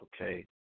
Okay